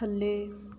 ਥੱਲੇ